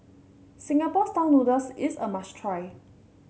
Singapore style noodles is a must try